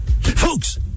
Folks